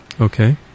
Okay